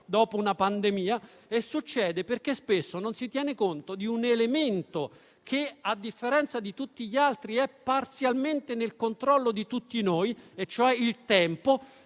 dopo una pandemia e succede perché spesso non si tiene conto di un elemento che, a differenza di tutti gli altri, è parzialmente nel controllo di tutti noi; mi riferisco al tempo,